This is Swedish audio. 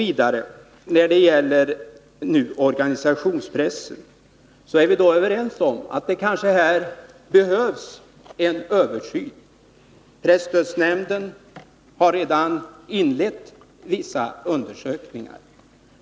Vidare: När det gäller organisationspressen är vi överens om att det kanske behövs en översyn. Presstödsnämnden har redan inlett vissa undersökningar.